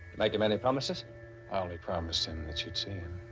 make him any promise? i only promised him that you'd see him.